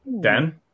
Dan